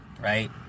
right